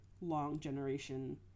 long-generation